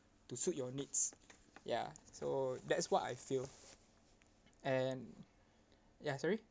to suit your needs ya so that's what I feel and ya sorry